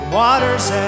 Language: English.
water's